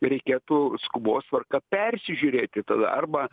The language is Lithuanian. reikėtų skubos tvarka persižiūrėti tada arba